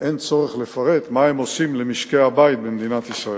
אין צורך לפרט מה הם עושים למשקי-הבית במדינת ישראל.